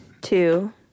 two